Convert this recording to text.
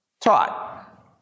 Taught